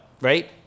right